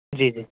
جی جی